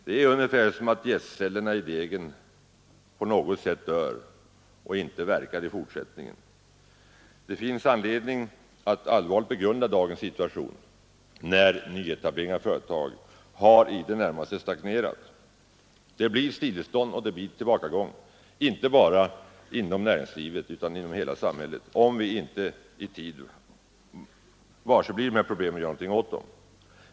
Det är ungefär som att jästcellerna i degen på något sätt dör och inte verkar i fortsättningen. Det finns anledning att allvarligt begrunda dagens situation, när nyetableringen av företag i det närmaste har stagnerat. Det blir stillestånd och det blir tillbakagång, inte bara inom näringslivet utan inom hela samhället, om vi inte varseblir de här problemen och gör någonting åt dem.